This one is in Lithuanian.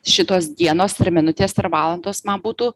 šitos dienos ir minutės valandos man būtų